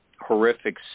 horrific